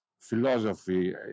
philosophy